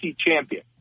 champion